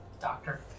doctor